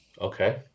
Okay